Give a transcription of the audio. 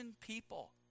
people